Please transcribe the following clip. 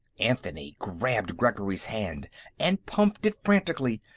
anthony grabbed gregory's hand and pumped it frantically.